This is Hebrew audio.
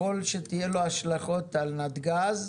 יכול שיהיה לו השלכות על נתג"ז,